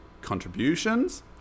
contributions